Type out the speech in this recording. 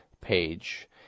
page